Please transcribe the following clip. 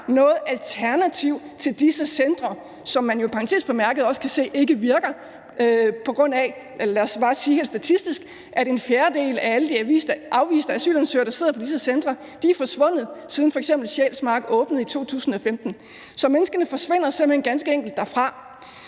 noget alternativ til disse centre, som man jo i parentes bemærket også kan se ikke virker, på grund af at en fjerdedel af alle de afviste asylansøgere, der sidder på disse centre, er forsvundet, siden f.eks. Sjælsmark åbnede i 2015 – menneskene forsvinder ganske enkelt derfra